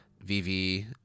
vv